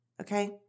okay